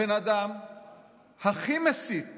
הבן אדם הכי מסית